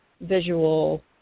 visual